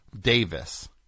Davis